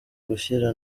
gushyira